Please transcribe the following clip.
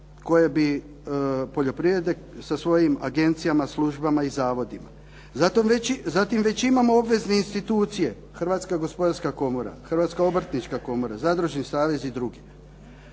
koje bi, poljoprivrede sa svojim agencijama, službama i zavodima. Zatim već imamo obvezne institucije, Hrvatska gospodarska komora, Hrvatska obrtnička komora, zadružni savez i drugi.